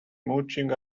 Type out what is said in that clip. mooching